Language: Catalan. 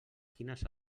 quines